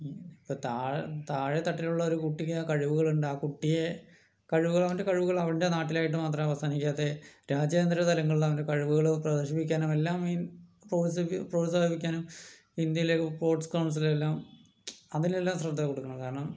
താഴെ താഴെ തട്ടിലുള്ള ഒരു കുട്ടിക്ക് കഴിവുകളുണ്ട് ആ കുട്ടിയെ കഴിവ് അവൻ്റെ കഴിവുകൾ അവൻ്റെ നാട്ടിലായിട്ട് മാത്രം അവസാനിക്കാതെ രാജ്യാന്തര തലങ്ങളിൽ അവൻ്റെ കഴിവുകള് പ്രദർശിപ്പിക്കാൻ എല്ലാം പ്രോത്സാ പ്രോത്സാഹിപ്പിക്കാനും ഇന്ത്യയിലെ സ്പോട്സ് കൗൺസിൽ എല്ലാം അതിലെല്ലാം ശ്രദ്ധ കൊടുക്കണം കാരണം